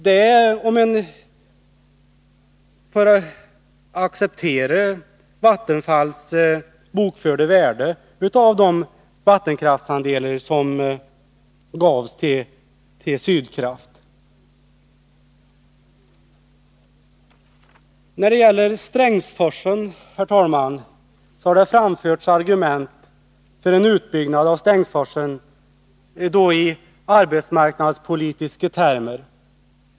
Det är bara att acceptera Vattenfalls bokförda värde av de vattenkraftandelar som gavs till Sydkraft. Herr talman! Det har i arbetsmarknadspolitiska termer framförts argument för en utbyggnad av Strängsforsen.